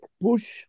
push